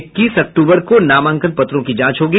इक्कीस अक्टूबर को नामांकन पत्रों की जांच होगी